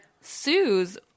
sues